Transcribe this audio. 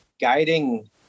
guiding